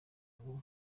ngo